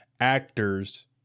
actors